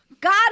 God